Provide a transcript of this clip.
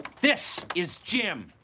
this is jim!